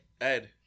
Ed